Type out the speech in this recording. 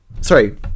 sorry